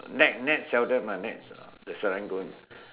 Nex Nex seldom ah Nex the Serangoon